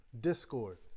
discord